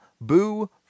Boo